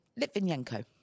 Litvinenko